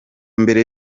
mbere